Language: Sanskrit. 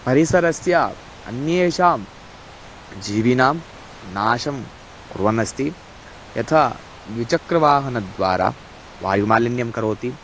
परिसरस्य अन्येषां जीविनां नाशं कुर्वन्नस्ति यथा द्विचक्रवाहनद्वारा वायुमालिन्यं करोति